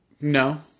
No